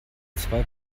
zwei